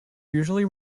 usually